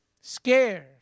Scared